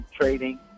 trading